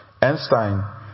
Einstein